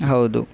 ಹೌದು